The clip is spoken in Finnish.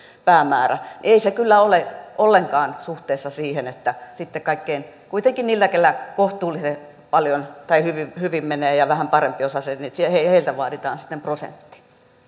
päämäärä ei se kyllä ole ollenkaan suhteessa siihen että sitten kuitenkin heiltä kellä kohtuullisen hyvin hyvin menee ja vähän parempiosaisilta vaaditaan sitten prosentti